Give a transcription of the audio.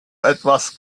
etwas